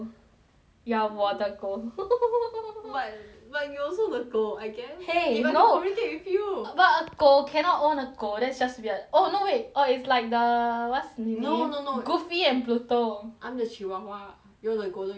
you are 我的狗 but but you also the 狗 I guess !hey! no if I have to communicate with you but a 狗 cannot own a 狗 that's just weird oh no wait err it's like the what's the name no no no goofy and pluto I'm the chihuahua you are the golden retriever